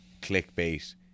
clickbait